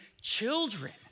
children